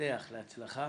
המפתח להצלחה